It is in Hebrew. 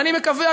ואני מקווה,